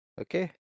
Okay